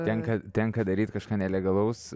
tenka tenka daryti kažką nelegalaus